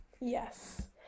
Yes